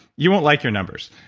you won't like your numbers,